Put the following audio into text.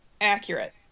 accurate